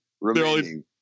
remaining